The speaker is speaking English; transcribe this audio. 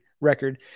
record